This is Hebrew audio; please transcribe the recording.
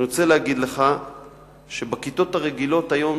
אני רוצה להגיד לך שבכיתות הרגילות היום